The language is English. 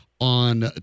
on